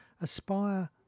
aspire